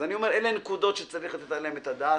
אלה נקודות שצריך לתת עליהן את הדעת.